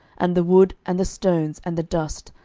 and the wood, and the stones, and the dust,